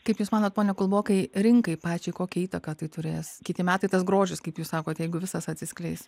kaip jūs manot pone kulbokai rinkai pačiai kokią įtaką tai turės kiti metai tas grožis kaip jūs sakot jeigu viskas atsiskleis